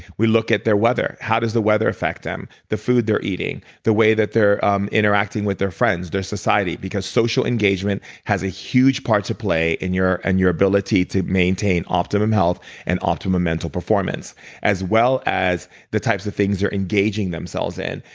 we look at their weather. how does the weather affect them? the food they're eating. the way that their um interacting with the friends their society because social engagement has a huge part to play in your and your ability to maintain optimum health and optimum mental performance as well as the types of things you're engaging themselves in.